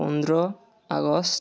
পোন্ধৰ আগষ্ট